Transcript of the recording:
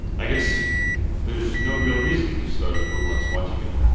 i guess there's no real reason to start up roblox watch again.